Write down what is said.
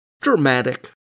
dramatic